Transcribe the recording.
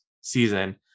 season